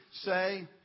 say